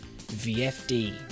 VFD